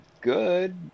good